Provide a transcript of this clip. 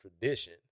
tradition